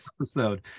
episode